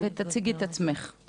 תציגי את עצמך, בבקשה.